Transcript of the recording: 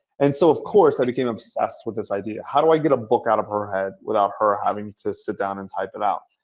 and so, of course, i became obsessed with this idea, how do i get a book out of her head without her having to sit down and type it out?